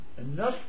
enough